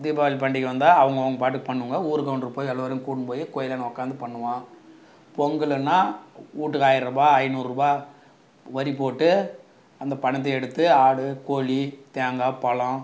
தீபாவளி பண்டிகை வந்தால் அவங்கவுங்க பாட்டுக்கு பண்ணுங்கள் ஊர் கவுண்டர் போய் எல்லோரையும் கூட்டுன்னு போய் கோவிலாண்ட உக்காந்து பண்ணுவோம் பொங்கல்னா வீட்டுக்கு ஆயரரூபா ஐநூறுரூபா வரி போட்டு அந்த பணத்தை எடுத்து ஆடு கோழி தேங்காய் பழம்